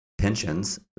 pensions